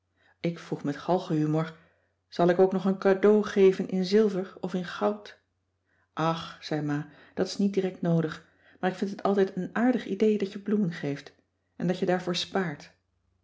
ik vroeg met galgenhumor zal ik ook nog een cadeau geven in zilver of in goud ach zei ma dat is niet direct noodig maar ik vind het altijd een aardig idee dat je bloemen geeft en dat je daarvoor spaart